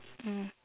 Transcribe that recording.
mm